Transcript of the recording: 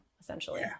essentially